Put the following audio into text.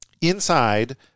Inside